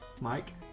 Mike